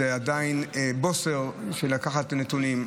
הם עדיין בוסר בשביל לקחת את הנתונים.